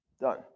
done